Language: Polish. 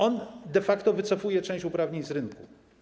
On de facto wycofuje część uprawnień z rynku.